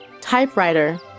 typewriter